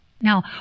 Now